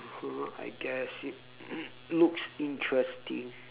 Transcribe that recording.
!huh! I guess it looks interesting